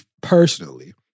personally